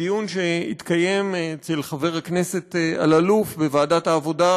בדיון שהתקיים אצל חבר הכנסת אלאלוף בוועדת העבודה,